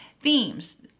themes